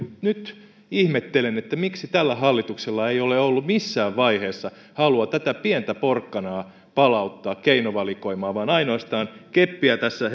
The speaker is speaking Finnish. nyt ihmettelen miksi tällä hallituksella ei ole ollut missään vaiheessa halua tätä pientä porkkanaa palauttaa keinovalikoimaan ainoastaan keppiä tässä